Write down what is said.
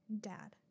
dad